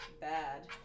bad